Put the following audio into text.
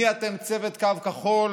מי אתם, צוות קו כחול,